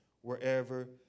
wherever